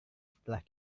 setelah